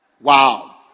Wow